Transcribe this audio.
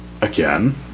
again